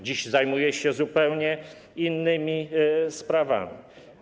Dziś zajmuje się zupełnie innymi sprawami.